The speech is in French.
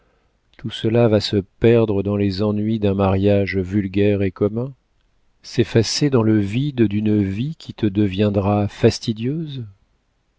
tout cela va se perdre dans les ennuis d'un mariage vulgaire et commun s'effacer dans le vide d'une vie qui te deviendra fastidieuse